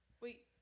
Wait